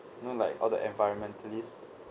you know like all the environmentalists